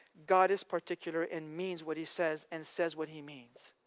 god is particular and means what he says, and says what he means.